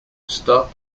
stop